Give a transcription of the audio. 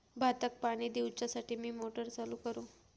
भाताक पाणी दिवच्यासाठी मी मोटर चालू करू?